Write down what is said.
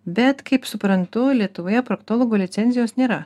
bet kaip suprantu lietuvoje proktologo licencijos nėra